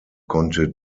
konnte